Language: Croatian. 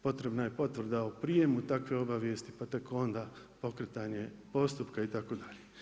Potrebna je potvrda o prijemu obavijesti, pa tek onda pokretanje postupka itd.